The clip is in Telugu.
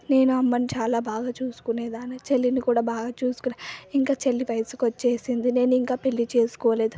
నేను అమ్మని చాలా బాగా చూసుకునే దాన్ని చెల్లిని కూడా బాగా చూసుకునే ఇంక చెల్లి వయుసుకు వచ్చేసింది నేనింకా పెళ్ళి చేసుకోలేదు